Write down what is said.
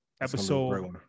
Episode